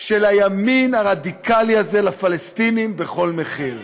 של הימין הרדיקלי לפלסטינים, בכל מחיר.